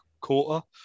quarter